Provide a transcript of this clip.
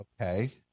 Okay